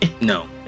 No